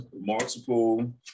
multiple